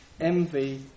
envy